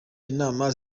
inama